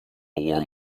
warm